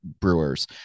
brewers